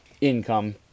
income